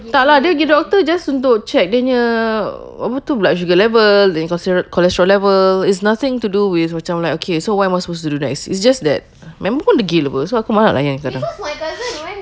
tak lah dia pergi doctor just untuk check dia punya apa tu blood sugar level then chloe~ cholesterol level is nothing to do with macam like okay so what am I supposed to do next it's just that main pun gila so aku marah dengan kakak